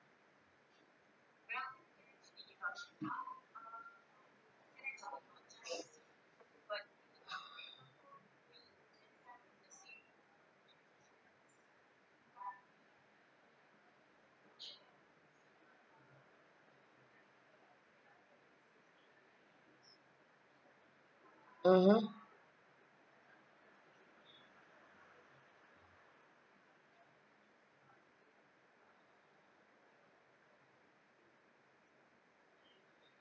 mmhmm